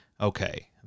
okay